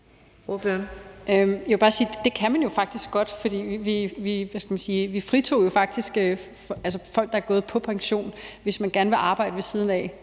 sige, at det kan man jo faktisk godt, for vi, hvad skal man sige, fritog jo faktisk folk, der var gået på pension, og som gerne ville arbejde ved siden af.